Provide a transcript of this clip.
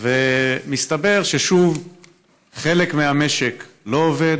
ומסתבר ששוב חלק מהמשק לא עובד,